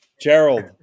Gerald